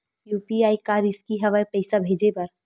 UPI का रिसकी हंव ए पईसा भेजे बर?